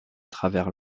travers